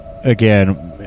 again